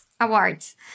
Awards